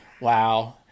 wow